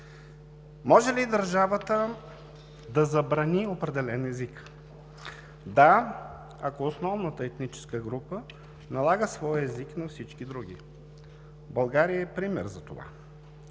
Може ли държавата да забрани определен език? Да, ако основната етническа група налага своя език на всички други. България е пример за това.